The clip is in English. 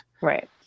right